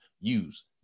use